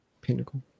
Pinnacle